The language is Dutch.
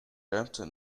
ruimte